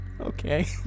Okay